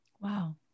Wow